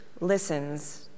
listens